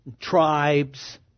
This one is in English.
tribes